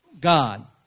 God